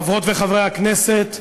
חברות וחברי הכנסת,